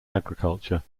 agriculture